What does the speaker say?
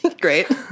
Great